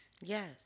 Yes